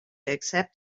accept